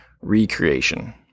recreation